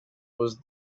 was